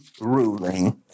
ruling